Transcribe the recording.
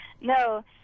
No